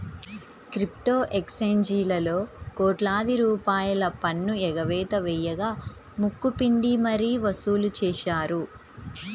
crypto ఎక్స్చేంజీలలో కోట్లాది రూపాయల పన్ను ఎగవేత వేయగా ముక్కు పిండి మరీ వసూలు చేశారు